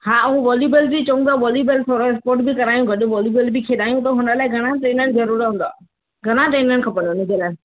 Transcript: हा ऐं वॉलीबॉल बि चऊं था वॉलीबॉल थोरो स्पोट बि करायूं गॾु वॉलीबॉल बि खेॾायूं त हुन लाइ घणा चेनल ज़रूर हूंदा